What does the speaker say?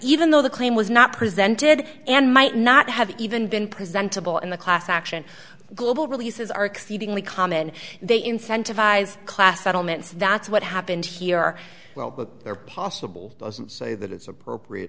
even though the claim was not presented and might not have even been presented well in the class action global releases are exceedingly common they incentivize class settlements that's what happened here well but they're possible doesn't say that it's appropriate